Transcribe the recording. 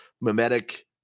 mimetic